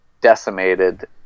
decimated